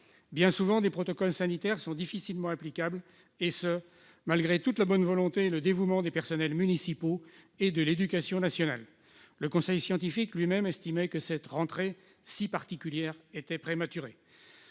Bien souvent, les protocoles sanitaires sont difficilement applicables, et ce malgré toute la bonne volonté et le dévouement des personnels municipaux et de l'éducation nationale. Le conseil scientifique lui-même estimait que cette rentrée si particulière était prématurée.